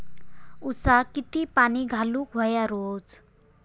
ऊसाक किती पाणी घालूक व्हया रोज?